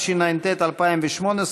התשע"ט 2018,